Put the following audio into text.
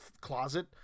closet